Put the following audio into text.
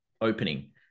opening